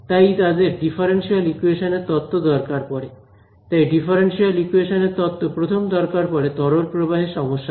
তাই তাদের differential equation এর তত্ত্ব দরকার পড়ে তাই ডিফারেনশিয়াল ইকুয়েশন এর তত্ত্ব প্রথম দরকার পড়ে তরল প্রবাহের সমস্যার জন্য